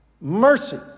Mercy